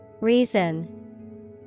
Reason